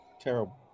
terrible